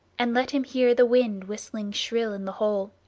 and let him hear the wind whistling shrill in the hole.